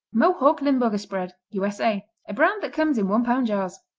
mohawk limburger spread u s a. a brand that comes in one-pound jars.